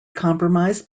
compromised